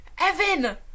Evan